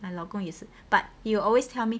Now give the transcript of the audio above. my 老公也是 but he will always tell me